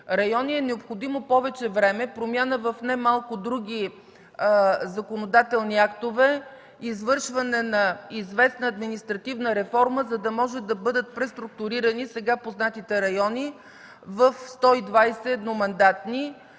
120, е необходимо повече време, промяна в немалко други законодателни актове, извършване на известна административна реформа, за да може да бъдат преструктурирани сега познатите райони в 120 едномандатни,